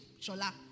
Shola